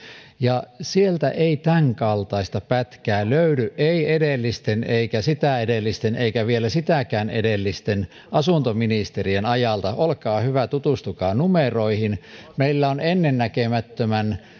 ja sieltä ei tämänkaltaista pätkää löydy ei edellisten eikä sitä edellisten eikä vielä sitäkään edellisten asuntoministerien ajalta olkaa hyvä tutustukaan numeroihin meillä on ennennäkemättömän